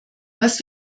was